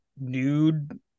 nude